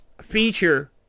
feature